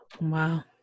Wow